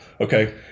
okay